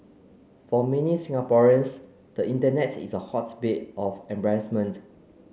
for many Singaporeans the internet is a hotbed of embarrassment